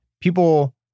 people